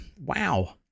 Wow